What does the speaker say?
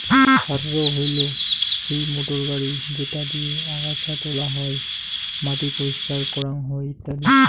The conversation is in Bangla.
হাররো হইলো সেই মোটর গাড়ি যেটা দিয়ে আগাছা তোলা হই, মাটি পরিষ্কার করাং হই ইত্যাদি